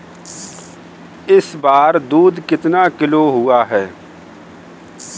इस बार दूध कितना किलो हुआ है?